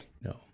no